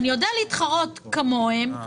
אני יודע להתחרות כמוהם,